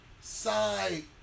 side